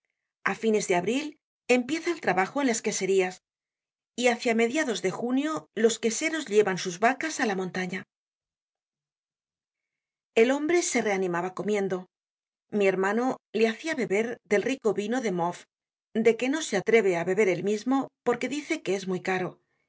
á fines de abril empieza el trabajo en la queserías y hácia mediados de junio los queseros llevan sus vacas á la montaña el hombre se reanimaba comiendo mi hermano le hacia beber del rico vino de mauves de que no se atreve á beber él mismo porque dice que es muy caro